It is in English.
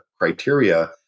criteria